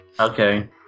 Okay